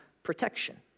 Protection